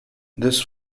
this